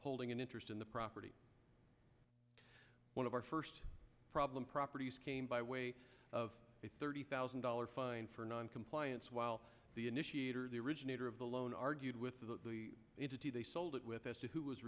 holding an interest in the property one of our first problem properties came by way of a thirty thousand dollars fine for noncompliance while the initiator the originator of the loan argued with the ada to they sold it with as to who was